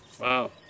Wow